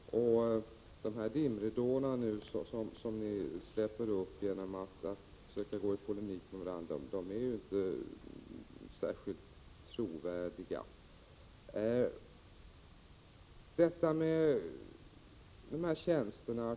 De dimridåer ni nu lägger ut genom att försöka gå i polemik med varandra är inte särskilt trovärdiga. Så till tjänsterna.